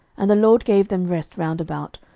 and the lord gave them rest round about,